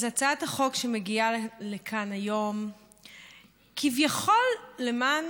אז הצעת החוק מגיעה לכאן היום כביכול למען